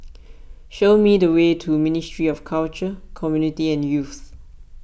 show me the way to Ministry of Culture Community and Youth